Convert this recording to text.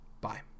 bye